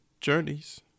journeys